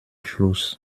schluss